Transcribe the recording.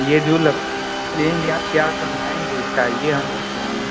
ये जो लकड़ी लेंगे आप क्या बनाएंगे इसका ये हम पूछ रहे हैं